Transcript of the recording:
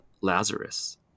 Lazarus